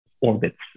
orbits